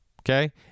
Okay